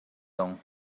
tong